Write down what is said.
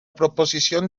proposición